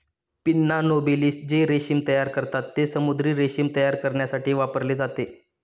pinna nobilis जे रेशीम तयार करतात, ते समुद्री रेशीम तयार करण्यासाठी वापरले जाते